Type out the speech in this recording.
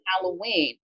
Halloween